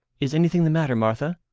is anything the matter, martha?